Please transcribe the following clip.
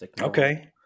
Okay